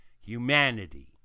humanity